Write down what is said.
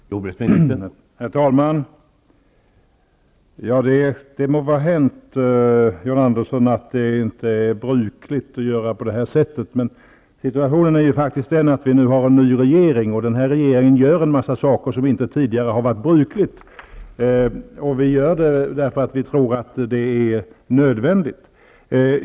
Herr talman! Det må vara hänt, John Andersson, att det inte är brukligt att göra på detta sätt. Men situationen är den att vi har en ny regering, som gör en mängd saker som inte tidigare har varit brukliga. Det gör vi därför att vi tror att det är nödvändigt.